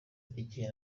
igihe